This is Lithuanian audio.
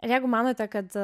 jeigu manote kad